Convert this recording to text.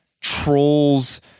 troll's